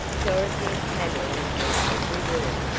dorothy and tavia had heard every word.